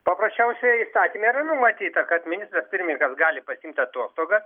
paprasčiausiai įstatyme yra numatyta kad ministras pirmininkas gali pasiimt atostogas